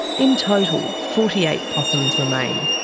in total, forty eight possums remain.